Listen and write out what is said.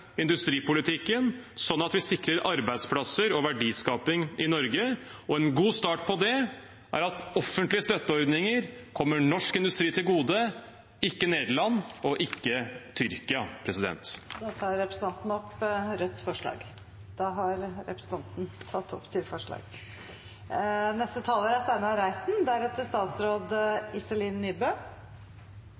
industripolitikken sånn at vi sikrer arbeidsplasser og verdiskaping i Norge, og en god start på det er at offentlige støtteordninger kommer norsk industri til gode, ikke Nederland og ikke Tyrkia. Jeg tar opp Rødts forslag. Representanten Bjørnar Moxnes har tatt opp de forslagene han refererte til.